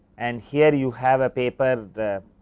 and here, you have a papered